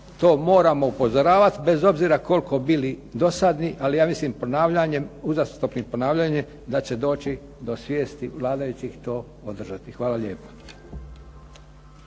to moramo upozoravat, bez obzira koliko bili dosadni, ali ja mislim ponavljanjem, uzastopnim ponavljanjem da će doći do svijesti vladajućih to održati. Hvala lijepa.